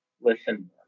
Listen